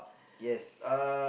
yes